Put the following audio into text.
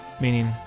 meaning